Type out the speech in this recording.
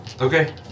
Okay